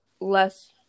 less